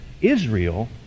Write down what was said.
Israel